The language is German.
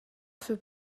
für